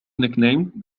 nicknamed